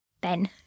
Ben